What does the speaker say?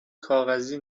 کاغذی